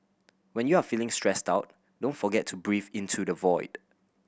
when you are feeling stressed out don't forget to breathe into the void